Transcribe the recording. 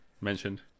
mentioned